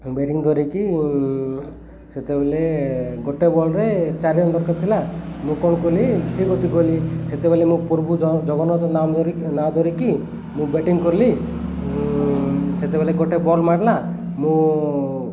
batting ଧରିକି ସେତେବେଲେ ଗୋଟେ ବଲ୍ରେ ଚାରି ରନ୍ ଦରକାର ଥିଲା ମୁଁ କ'ଣ କଲି ଠିକ୍ ଅଛି କହଲି ସେତେବେଲେ ମୋ ପ୍ରଭୁ ଜଗନ୍ନାଥ ନାଁ ଧରିକି ମୁଁ ବ୍ୟାଟିଂ କରଲି ସେତେବେଲେ ଗୋଟେ ବଲ୍ ମାଡ଼ିଲା ମୁଁ